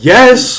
Yes